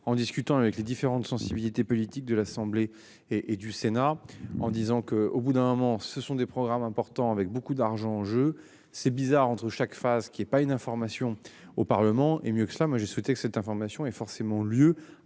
en discutant avec les différentes sensibilités politiques de l'Assemblée et du Sénat en disant que au bout d'un moment, ce sont des programmes importants avec beaucoup d'argent en jeu c'est bizarre entre chaque phase qui est pas une information au Parlement et mieux que cela. Moi j'ai souhaité que cette information est forcément lieu